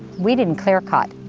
we didn't clear cut.